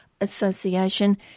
association